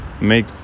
make